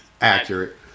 accurate